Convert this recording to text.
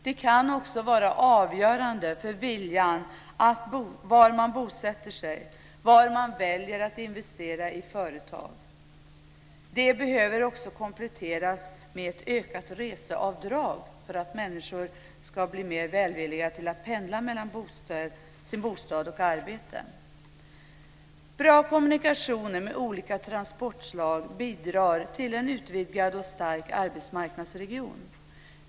Det kan också vara avgörande för var man ska bosätta sig och var man väljer att investera i företag. Det behöver också kompletteras med ett ökat reseavdrag för att människor ska bli mer välvilliga till att pendla mellan bostad och arbete. Bra kommunikationer med olika transportslag bidrar till en utvidgad och stark arbetsmarknadsregion.